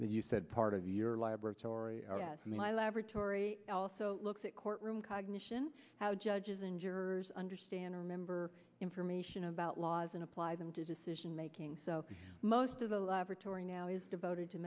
you said part of your laboratory my laboratory also looks at courtroom cognition how judges and jurors understand or remember information about laws and apply them to decision making so most of the laboratory now is devoted to